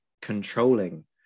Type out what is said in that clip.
controlling